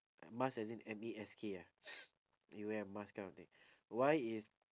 mask as in M A S K ah you wear a mask kind of thing why is